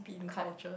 cut